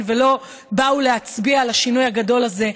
ולא באו להצביע על השינוי הגדול הזה,